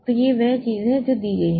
तो यह वह चीज है जो दी गई है